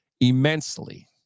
immensely